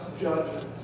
judgment